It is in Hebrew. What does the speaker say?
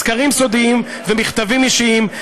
סקרים סודיים ומכתבים אישיים,